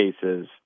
cases